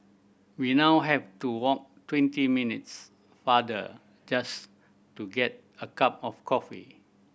we now have to walk twenty minutes farther just to get a cup of coffee